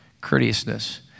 courteousness